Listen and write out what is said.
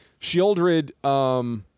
Shieldred